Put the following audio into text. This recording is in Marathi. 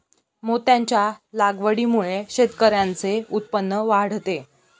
मोत्यांच्या लागवडीमुळे शेतकऱ्यांचे उत्पन्न वाढते